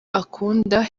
akunda